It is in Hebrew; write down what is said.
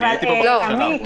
אני הייתי פה בחצי השנה האחרונה.